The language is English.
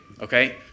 Okay